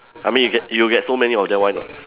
I mean you get you get so many of them why not